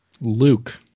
luke